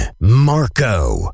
Marco